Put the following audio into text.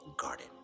garden